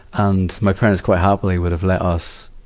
and my parents, quite happily, would have let us,